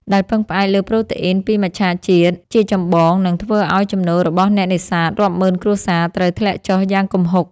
ដែលពឹងផ្អែកលើប្រូតេអ៊ីនពីមច្ឆជាតិជាចម្បង និងធ្វើឱ្យចំណូលរបស់អ្នកនេសាទរាប់ម៉ឺនគ្រួសារត្រូវធ្លាក់ចុះយ៉ាងគំហុក។